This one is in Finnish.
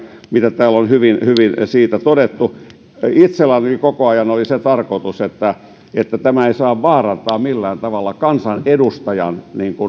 mitä täällä on hyvin hyvin siitä todettu itselläni koko ajan oli se tarkoitus että tämä ei saa vaarantaa millään tavalla kansanedustajan